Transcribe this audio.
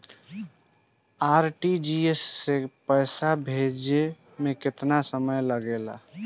RTGS से पैसा भेजे में केतना समय लगे ला?